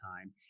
time